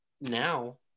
now